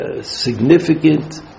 significant